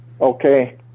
Okay